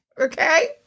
Okay